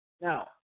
Now